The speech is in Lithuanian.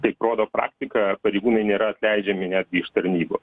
kaip rodo praktika pareigūnai nėra atleidžiami netgi iš tarnybos